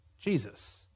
Jesus